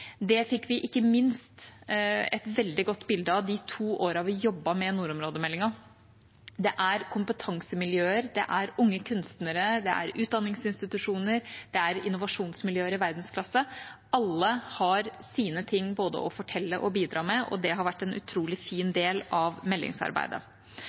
fikk vi ikke minst et veldig godt bilde av de to årene vi jobbet med nordområdemeldinga. Det er kompetansemiljøer, det er unge kunstnere, det er utdanningsinstitusjoner, det er innovasjonsmiljøer i verdensklasse. Alle har sine ting både å fortelle og å bidra med, og det har vært en utrolig fin